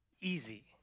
easy